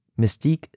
Mystique